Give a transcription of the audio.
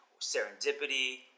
serendipity